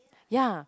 ya